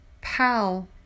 Pal